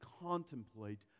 contemplate